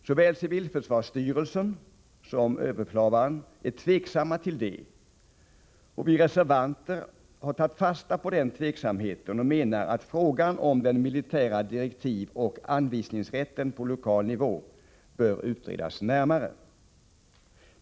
Såväl civilförsvarsstyrelsen som överbefälhavaren är tveksam till detta. Vi reservanter har tagit fasta på den tveksamheten och menar att frågan om den militära direktivoch anvisningsrätten på lokal nivå bör utredas närmare.